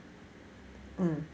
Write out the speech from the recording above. mm